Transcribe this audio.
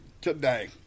today